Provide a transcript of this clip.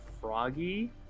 froggy